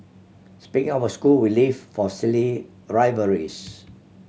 speaking of a school we live for silly a rivalries